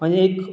आनी एक